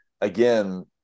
again